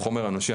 החומר האנושי,